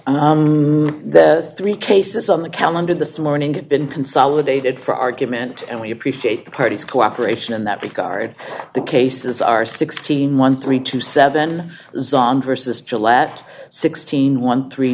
are three cases on the calendar this morning been consolidated for argument and we appreciate the parties cooperation in that regard the cases are sixteen one three two seven zhan versus gillette sixteen one three